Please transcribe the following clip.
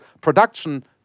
production